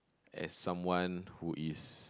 and someone who is